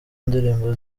ndirimbo